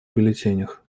бюллетенях